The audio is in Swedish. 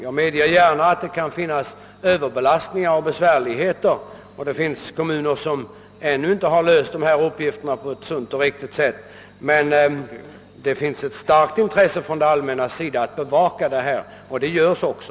Jag medger gärna att det kan förekomma överbelastningar och andra svårigheter och att det finns kommuner som ännu inte löst dessa problem på ett sunt och riktigt sätt, men det finns ett starkt intresse från det allmännas sida att bevaka dessa ting, och det görs också.